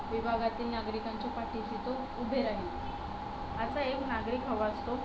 विभागातील नागरिकांच्या पाठीशी तो उभे राहील असा एक नागरिक हवा असतो